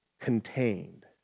contained